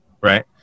right